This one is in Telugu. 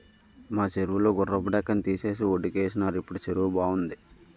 మా సెరువు లో గుర్రపు డెక్కని తీసేసి వొడ్డుకేసినారు ఇప్పుడు సెరువు బావుంది